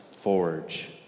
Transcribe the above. forge